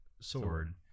sword